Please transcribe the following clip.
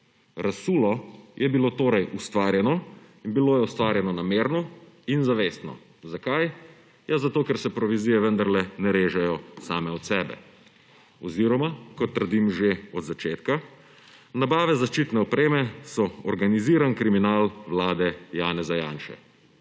Razsulo je bilo torej ustvarjeno in bilo je ustvarjeno namerno in zavestno. Zakaj? Ja zato, ker se provizije vendarle ne režejo same od sebe, oziroma, kot trdim že od začetka, nabave zaščitne opreme so organiziran kriminal vlade Janeza Janše.